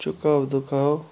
چُکاو دُکاو